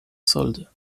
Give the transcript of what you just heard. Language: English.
sold